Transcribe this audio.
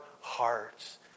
hearts